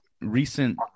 recent